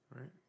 right